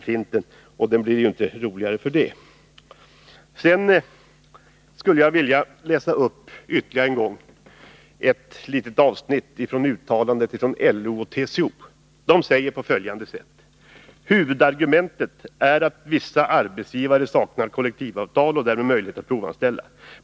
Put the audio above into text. Jag skulle än en gång vilja läsa upp ett avsnitt från uttalandet av LO och TCO. De säger: ”Huvudargumentet är att vissa arbetsgivare saknar kollektivavtal och därmed möjlighet att provanställa.